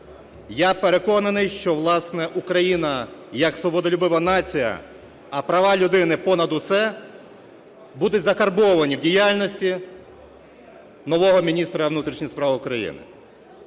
Я переконаний, що, власне, Україна як свободолюбива нація, а права людини – понад усе, будуть закарбовані в діяльності нового міністра внутрішніх справ України.